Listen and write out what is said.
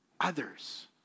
others